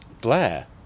Blair